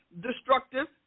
destructive